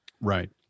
Right